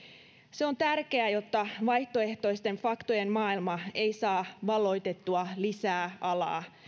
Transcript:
se on tärkeää jotta vaihtoehtoisten faktojen maailma ei saa valloitettua lisää alaa